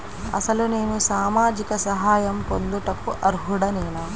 అసలు నేను సామాజిక సహాయం పొందుటకు అర్హుడనేన?